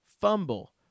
Fumble